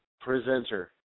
presenter